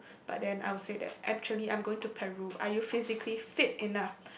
but then I would say that actually I'm going Peru are you physically fit enough